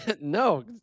No